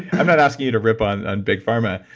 i'm not asking you to rip on on big pharma.